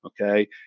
Okay